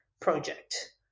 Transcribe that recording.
project